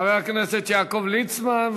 חבר הכנסת יעקב ליצמן,